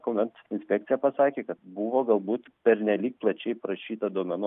kuomet inspekcija pasakė kad buvo galbūt pernelyg plačiai prašyta duomenų